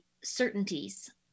certainties